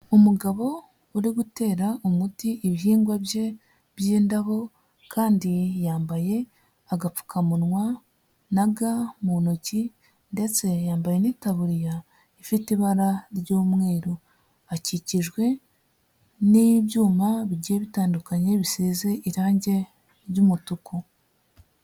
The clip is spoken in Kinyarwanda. Umugabo uri gutera umuti ibihingwa bye by'indabo kandi yambaye agapfukamunwa na ga mu ntoki ndetse yambara n'itaburiya ifite ibara ry'umweru, akikijwe n'ibyuma bigiye bitandukanye bisize irange ry'umutuku.